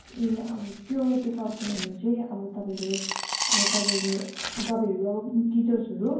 ए अब त्यो त्यो सर्कुलरमा चाहिँ अब तपाईँले अब तपाईँले तपाईँहरू अब टिचर्सहरू